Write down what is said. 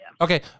Okay